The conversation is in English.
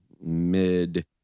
mid